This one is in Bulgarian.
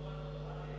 Гласували